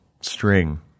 string